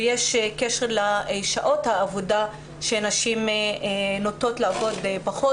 ויש קשר לשעות העבודה שנשים נוטות לעבוד פחות,